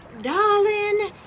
darling